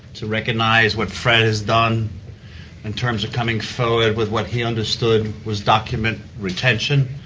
to recognise what fred has done in terms of coming forward with what he understood was document retention.